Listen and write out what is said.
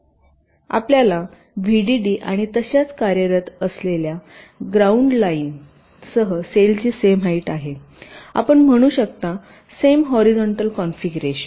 आपल्या व्हीडीडी आणि तशाच कार्यरत असलेल्या ग्राउंड लाइन सह सेलची सेम हाईट आहे आपण म्हणू शकता सेम हॉरीझॉन्टल कॉन्फिगरेशन